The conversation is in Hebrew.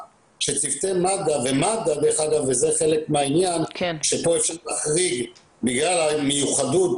שצוותי מד"א ומד"א וזה חלק מהעניין כאן אפשר להחריג בגלל המיוחדות